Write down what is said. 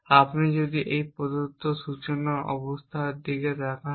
আপনি যদি এই প্রদত্ত সূচনা অবস্থার দিকে তাকান